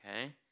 Okay